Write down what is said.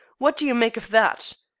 what do you make of that?